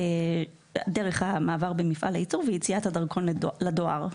דרך המעבר במפעל הייצור ויציאת הדרכון לדואר.